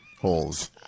holes